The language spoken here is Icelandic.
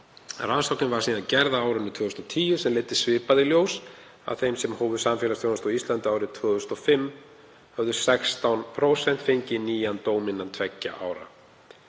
Rannsókn var síðan gerð á árinu 2010 sem leiddi svipað í ljós. Af þeim sem hófu samfélagsþjónustu á Íslandi árið 2005 höfðu 16% fengið nýjan dóm innan tveggja ára.